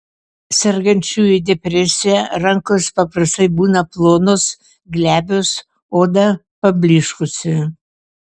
sergančiųjų depresija rankos paprastai būna plonos glebios oda pablyškusi